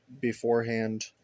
beforehand